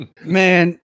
man